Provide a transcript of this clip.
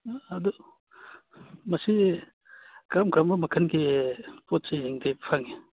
ꯑꯗꯨ ꯃꯁꯤ ꯀꯔꯝ ꯀꯔꯝꯕ ꯃꯈꯟꯒꯤ ꯄꯣꯠ ꯆꯩꯁꯤꯡꯗꯤ ꯐꯪꯉꯤ